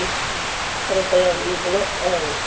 कालार कालानिखौल' औ